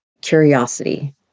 curiosity